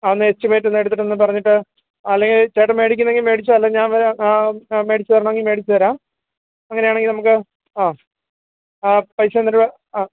ഒന്ന് എക്സ്റ്റിമേറ്റൊന്നെടുത്തിട്ട് ഒന്ന് പറഞ്ഞിട്ട് അല്ലെങ്കിൽ ചേട്ടൻ മേടിക്കുന്നെങ്കിൽ മേടിച്ചോ അല്ലേ ഞാൻ മേടിച്ചരണമെങ്കിൽ മേടിച്ചരാം അങ്ങനെയാണെങ്കിൽ നമുക്ക് അ ആ പൈസ അന്നേരം